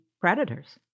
predators